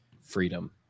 freedom